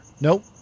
Nope